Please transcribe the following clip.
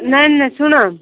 ନାଇଁ ନାଇଁ ଶୁଣ